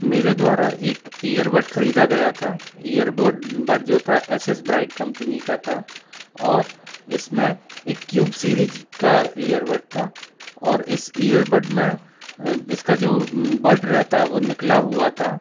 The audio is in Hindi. मेरे द्वारा एक इयरबड ख़रीदा गया था इयरबोड बड जो था एस एस ब्राइट कंपनी का था और इस में एक क्यूब सिरीज का इयरबड था और इस इयरबड में इसका जो बड रहता है वो निकला हुआ था